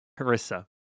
Harissa